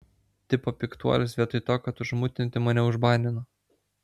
tipo piktuolis vietoj to kad užmutinti mane užbanino